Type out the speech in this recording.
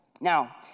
now